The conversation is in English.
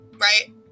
Right